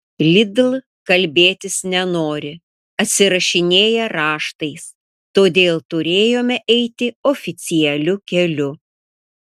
lidl kalbėtis nenori atsirašinėja raštais todėl turėjome eiti oficialiu keliu